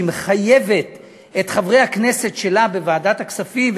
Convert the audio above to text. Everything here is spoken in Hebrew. היא מחייבת את חברי הכנסת שלה בוועדת הכספים,